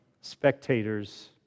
spectators